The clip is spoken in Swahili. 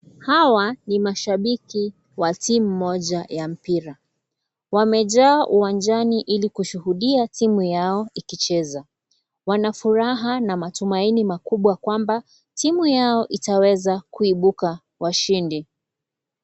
Hawa ni mashabiki wa timu moja ya mpira ,wamejaa uwanjani ili kushuhudia timu yao ikicheza. Wana furaha na matumaini makubwa kwamba timu yao itaweza kuibuka washindi.